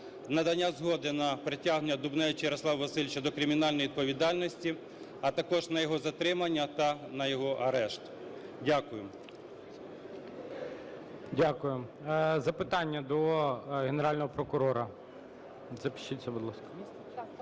надання згоди на притягнення Дубневича Ярослава Васильовича до кримінальної відповідальності, а також на його затримання та на його арешт. Дякую. ГОЛОВУЮЧИЙ. Дякуємо. Запитання до Генерального прокурора.